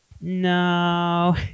no